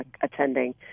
attending